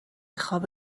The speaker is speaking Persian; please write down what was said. خواب